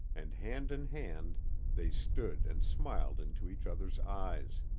and hand in hand they stood and smiled into each other's eyes.